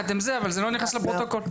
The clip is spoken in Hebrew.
לא נכנס לפרוטוקול.